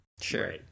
Sure